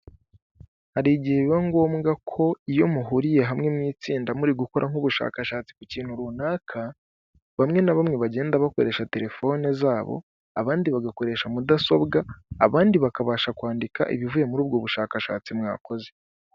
Hari igihe biba ngombwa ko iyo muhuriye hamwe mu itsinda muri gukora nk'ubushakashatsi ku kintu runaka bamwe na bamwe bagenda bakoresha telefone zabo abandi bagakoresha mudasobwa abandi bakabasha kwandika ibivuye muri ubwo bushakashatsi mwakoze.